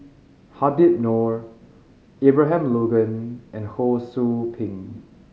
Habib Noh Abraham Logan and Ho Sou Ping